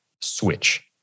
switch